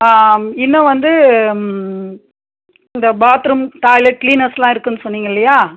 இன்னும் வந்து இந்த பாத் ரூம் டாய்லெட் கிளீனர்ஸெல்லாம் இருக்குதுன்னு சொன்னீங்க இல்லையா